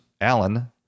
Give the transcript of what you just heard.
Allen